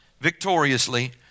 victoriously